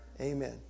Amen